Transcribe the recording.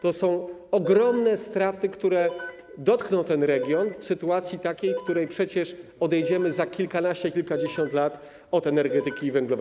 To są ogromne straty, które dotkną ten region w sytuacji, w której przecież odejdziemy za kilkanaście, kilkadziesiąt lat od energetyki węglowej.